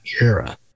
era